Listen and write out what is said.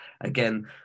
again